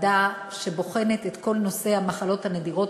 שבוחנת את כל נושא המחלות הנדירות,